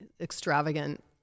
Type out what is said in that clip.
extravagant